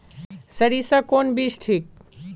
सरीसा कौन बीज ठिक?